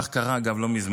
כך קרה, אגב, לא מזמן,